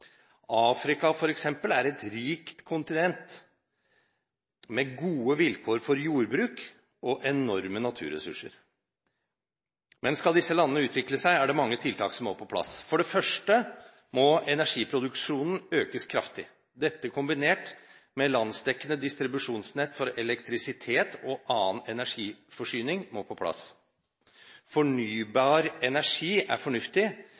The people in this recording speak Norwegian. Afrika f.eks. er et rikt kontinent med gode vilkår for jordbruk og enorme naturressurser. Men skal disse landene utvikle seg, er det mange tiltak som må på plass. For det første må energiproduksjonen økes kraftig. Dette, kombinert med landsdekkende distribusjonsnett for elektrisitet og annen energiforsyning, må på plass. Fornybar energi er fornuftig.